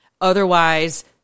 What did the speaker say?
otherwise